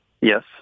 Yes